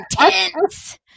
intense